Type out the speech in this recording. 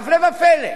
והפלא ופלא,